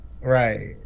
right